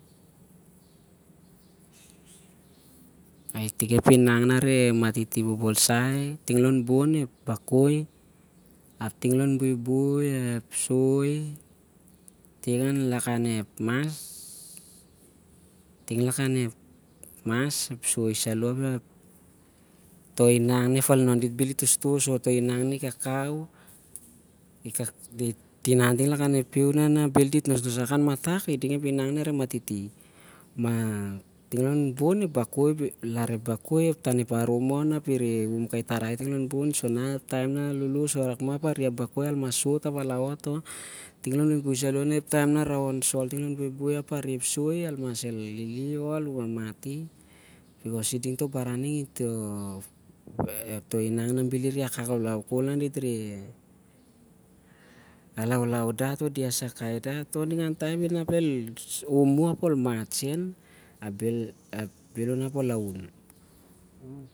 Itik ep bakoi ting lon bon- ap ting lon buibui ep soi, ting lakan ep mas ep soi saloh mahin toh inang na ep falinon dit bhel i tostos ap ep inang na areh matiti ting an bon ep bakoi, lar ep bakoi i-ep tan ep arum on api reh um kai tarai ting lon- bohn sur na ep lo'lo's o ep babait na al reh al mas awot kating onep ap leklek sur al laun